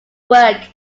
work